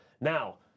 Now